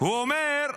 הוא אומר: